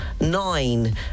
nine